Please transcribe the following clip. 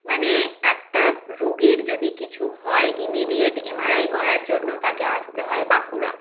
মানে একটা রোগীর যদি কিছু হয় ইমিডিয়েট এমআরআই করার জন্য তাকে আসতে হয় বাঁকুড়া